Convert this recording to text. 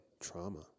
trauma